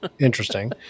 Interesting